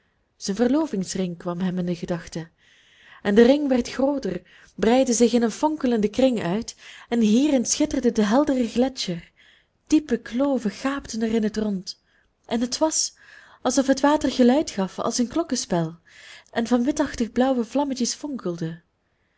zijn verlovingsring kwam hem in de gedachten en de ring werd grooter breidde zich in een fonkelenden kring uit en hierin schitterde de heldere gletscher diepe kloven gaapten er in het rond en het was alsof het water geluid gaf als een klokkenspel en van witachtig blauwe vlammetjes